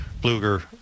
Bluger